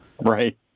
Right